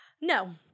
No